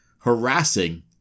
harassing